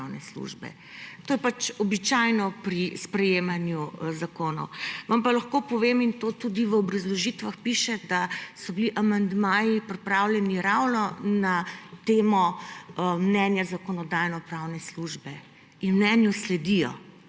To je običajno pri sprejemanju zakonov. Vam pa lahko povem in to tudi v obrazložitvah piše, da so bili amandmaji pripravljeni ravno na temo mnenja Zakonodajno-pravne službe in mnenju sledijo.